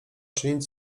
czynić